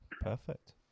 Perfect